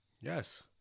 Yes